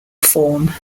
form